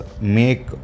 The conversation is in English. make